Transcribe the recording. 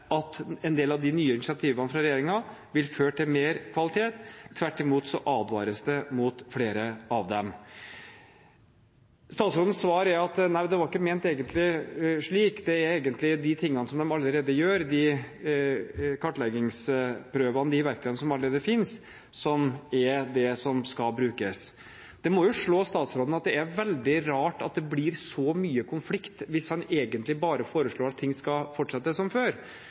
at en del av de nye initiativene fra regjeringen vil føre til mer kvalitet. Tvert imot advares det mot flere av dem. Statsrådens svar er at nei, det var egentlig ikke ment slik, det er egentlig de tingene som de allerede gjør, kartleggingsprøvene, de verktøyene som allerede finnes, som er det som skal brukes. Det må jo slå statsråden at det er veldig rart at det blir så mye konflikt hvis han egentlig bare foreslår at ting skal fortsette som før.